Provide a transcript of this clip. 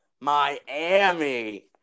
Miami